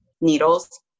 needles